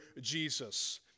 Jesus